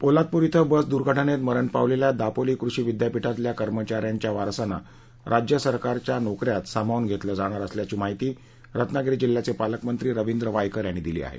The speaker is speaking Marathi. पोलादपुर इथं बस दर्घटनेत मरण पावलेल्या दापोली कृषी विद्यापीठातल्या कर्मचाऱ्यांच्या वारसांना राज्य सरकारच्या नोकऱ्यांत सामावून घेतलं जाणार असल्याची माहिती रत्नागिरी जिल्ह्याचे पालकमंत्री रविंद्र वायकर यांनी दिली आहे